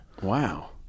Wow